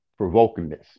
provokingness